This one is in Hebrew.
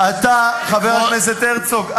חבר הכנסת הרצוג,